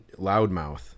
loudmouth